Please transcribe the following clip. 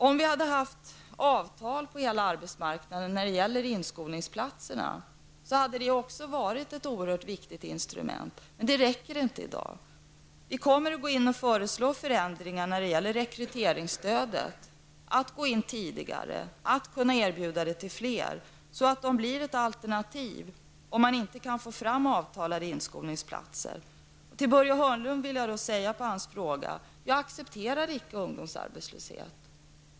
Om vi hade haft avtal på hela arbetsmarknaden om inskolningsplatserna hade också det varit ett oerhört viktigt instrument, men det räcker inte i dag. Vi kommer att föreslå förändringar när det gäller rekryteringsstödet: att man skall kunna gå in tidigare och kunna erbjuda det till fler, så att det blir ett alternativ, om man inte kan få fram avtalade inskolningsplatser. Till Börje Hörnlund vill jag på hans fråga säga: Jag accepterar icke ungdomsarbetslöshet.